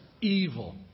evil